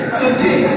today